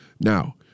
now